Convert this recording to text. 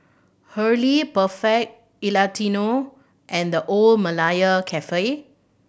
Hurley Perfect Italiano and The Old Malaya Cafe